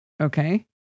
Okay